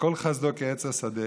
וכל חסדו כציץ השדה,